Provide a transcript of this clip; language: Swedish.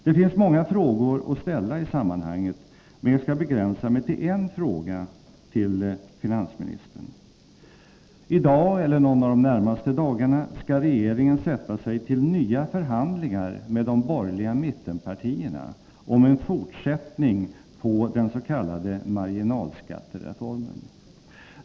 Det finns många frågor att ställa i sammanhanget, men jag skall begränsa mig till en fråga till finansministern. I dag eller någon av de närmaste dagarna skall regeringen sätta sig ned till nya förhandlingar med de borgerliga mittenpartierna om en fortsättning på den s.k. marginalskattereformen.